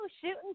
shooting